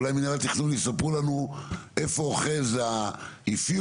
אולי מינהל התכנון יספרו לנו איפה אוחז האפיון?